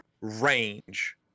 range